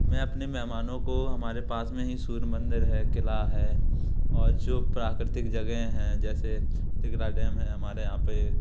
मैं अपने मेहमानों को हमारे पास में ही सूर्य मंदिर है किला है और जो प्राकृतिक जगहें हैं जैसे तिगरा डैम है हमारे यहाँ पर